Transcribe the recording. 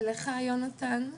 לך יונתן,